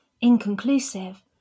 inconclusive